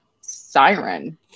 siren